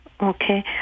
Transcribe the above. Okay